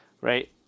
Right